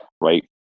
right